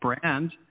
brand